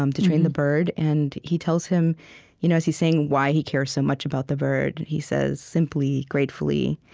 um to train the bird. and he tells him you know as he's saying why he cares so much about the bird and he says, simply, gratefully,